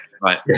Right